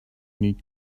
need